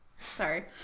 Sorry